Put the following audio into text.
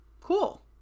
cool